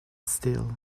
still